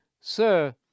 Sir